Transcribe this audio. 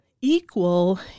equal